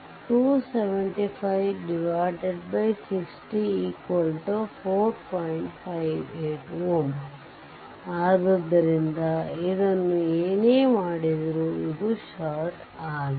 58 Ω ಆದ್ದರಿಂದ ಇದನ್ನು ಏನೇ ಮಾಡಿದರೂ ಇದು ಷಾರ್ಟ್ ಆಗಿದೆ